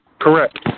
Correct